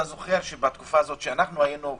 אתה זוכר שבתקופה הזאת שאנחנו היינו מוחרגים,